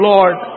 Lord